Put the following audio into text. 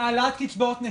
העלאת קצבאות נכים.